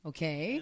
Okay